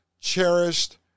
cherished